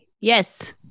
yes